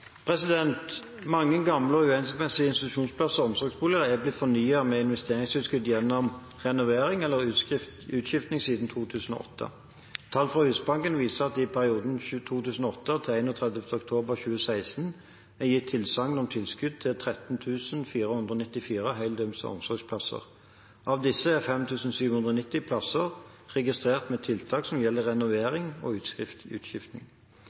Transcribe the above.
Mange gamle og uhensiktsmessige institusjonsplasser og omsorgsboliger er blitt fornyet med investeringstilskudd gjennom renovering eller utskifting siden 2008. Tall fra Husbanken viser at det i perioden fra 2008 til 31. oktober 2016 er gitt tilsagn om tilskudd til 13 494 heldøgns omsorgsplasser. Av disse er 5 790 plasser registrert med tiltak som gjelder renovering og